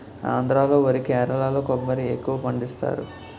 ఆంధ్రా లో వరి కేరళలో కొబ్బరి ఎక్కువపండిస్తారు